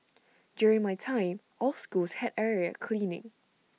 during my time all schools had area cleaning